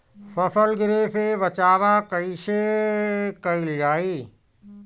फसल गिरे से बचावा कैईसे कईल जाई?